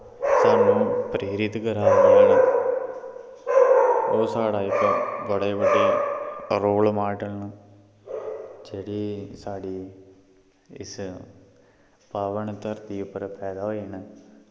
सानूं प्रेरित करा दे न ओह् साढ़ा इक बड़ा बड्डा रोल मॉडल न जेह्ड़ी साढ़ी इस पावन धरती उप्पर पैदा होए न